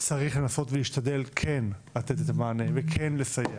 צריך לנסות ולהשתדל כן לתת את המענה, וכן לסייע.